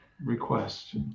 request